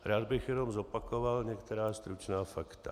Rád bych jenom zopakoval některá stručná fakta.